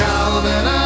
Calvin